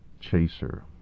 Chaser